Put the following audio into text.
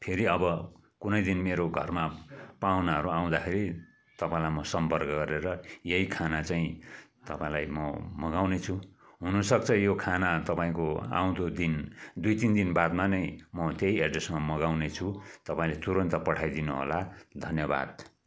फेरि अब कुनै दिन मेरो घरमा पाहुनाहरू आउँदाखेरि तपाईँलाई म सम्पर्क गरेर यही खाना चाहिँ तपाईँलाई म मगाउने छु हुनसक्छ यो खाना तपाईँको आउँदो दिन दई तिन दिन बादमा नै म त्यही एड्रेसमा मगाउने छु तपाईँले तुरुन्त पठाइदिनु होला धन्यवाद